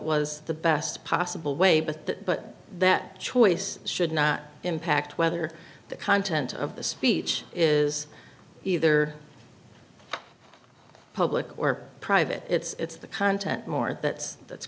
was the best possible way but that but that choice should not impact whether the content of the speech is either public or private it's the content more that that's